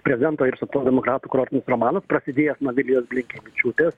prezidento ir socialdemokratų kurortinis romanas prasidėjęs nuo vilijos blinkevičiūtės